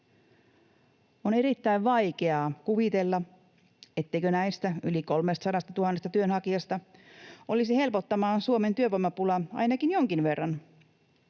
On erittäin vaikeaa kuvitella, etteikö näistä yli 300 000 työnhakijasta olisi helpottamaan Suomen työvoimapulaa ainakin jonkin verran.